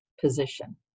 position